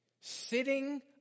Sitting